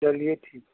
चलिए ठीक